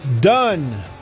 Done